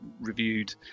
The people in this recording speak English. reviewed